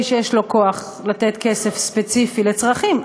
מי שיש לו כוח לתת כסף ספציפי לצרכים.